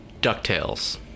Ducktales